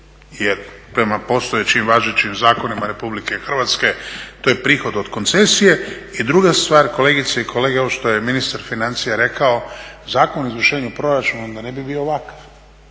jer prema postojećim važećim zakonima Republike Hrvatske to je prihod od koncesije. I druga stvar kolegice i kolege, ovo što je ministar financija rekao, Zakon o izvršenju proračuna onda ne bi bio ovakav,